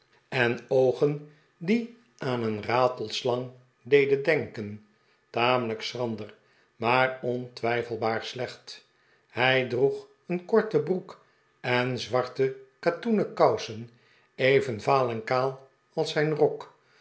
en oogen die aan een ratelslang deden denken tamelijk schrander maar ontwijfelbaar slecht hij droeg een korte broek en zwarte katoenen kousen even vaal eh kaal als zijn rok